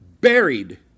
buried